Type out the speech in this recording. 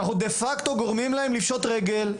דה פקטו אנחנו גורמים להם לפשוט רגל,